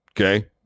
Okay